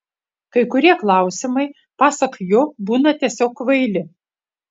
kai kurie klausimai pasak jo būna tiesiog kvaili